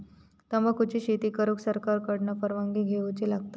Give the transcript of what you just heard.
तंबाखुची शेती करुक सरकार कडना परवानगी घेवची लागता